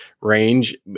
range